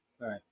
Right